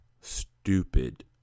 stupid